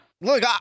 Look